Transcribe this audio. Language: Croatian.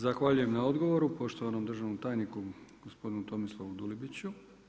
Zahvaljujem na odgovoru poštovanom državnom tajniku gospodinu Tomislavu Dulibiću.